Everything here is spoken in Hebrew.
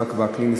יצחק וקנין,